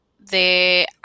de